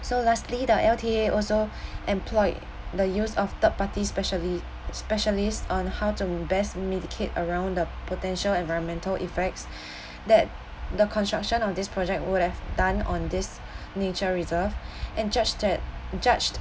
so lastly the L_T_A also employed the use of third party speciali~ specialist on how to best mitigate around the potential environmental effects that the construction on this project would have done on this nature reserve and judged it judged